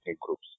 groups